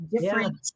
different